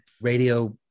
radio